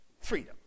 freedom